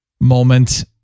moment